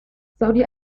saudi